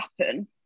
happen